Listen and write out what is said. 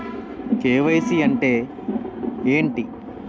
KYC అంటే ఏంటి?